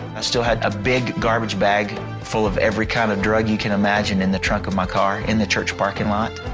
i still had a big garbage bag full of every kind of drug you can imagine in the trunk of my car in the church parking lot.